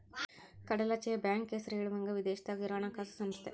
ಕಡಲಾಚೆಯ ಬ್ಯಾಂಕ್ ಹೆಸರ ಹೇಳುವಂಗ ವಿದೇಶದಾಗ ಇರೊ ಹಣಕಾಸ ಸಂಸ್ಥೆ